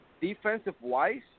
defensive-wise